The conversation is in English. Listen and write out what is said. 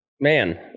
man